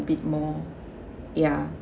bit more ya